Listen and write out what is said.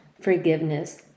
forgiveness